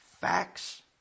facts